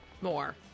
more